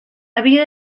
havia